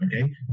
okay